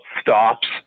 stops